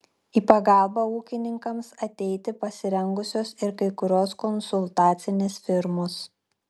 į pagalbą ūkininkams ateiti pasirengusios ir kai kurios konsultacinės firmos